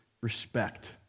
respect